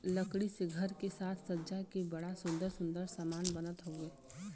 लकड़ी से घर के साज सज्जा के बड़ा सुंदर सुंदर समान बनत हउवे